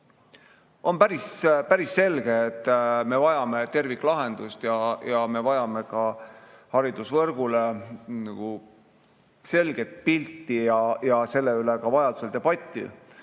On päris selge, et me vajame terviklahendust ja me vajame ka haridusvõrgust selget pilti ja selle üle ka vajadusel debatti.